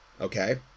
Okay